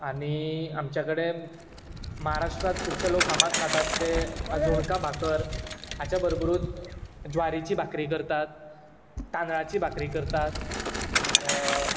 आनी आमचे कडेन महाराष्ट्रांत खुबशे लोक फामाद खातात ते झुणका भाकर हाच्या बरोबरूच ज्वारीची भाकरी करतात तांदळाची भाकरी करतात